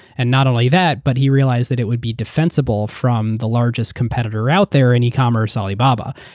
and not only that, but he realized that it would be defensible from the largest competitor out there in ecommerce, alibaba.